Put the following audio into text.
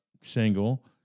single